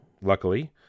luckily